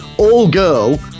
all-girl